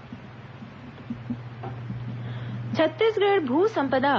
RERA brochure प्रकाशित छत्तीसगढ़ भू सम्पदा